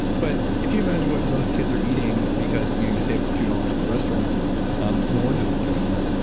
but if you imagine what most kids are eating because you you save two dollars at the restaurant um no wonder they're doing that.